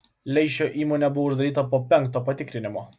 leišio įmonė buvo uždaryta po penkto patikrinimo